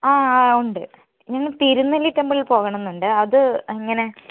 അതെ ഉണ്ട് ഞങ്ങൾക്ക് തിരുനെല്ലി ടെംബിളിൽ പോകണമെന്നുണ്ട് അത് എങ്ങനെ